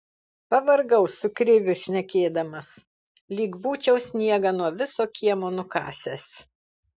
pavargau su kriviu šnekėdamas lyg būčiau sniegą nuo viso kiemo nukasęs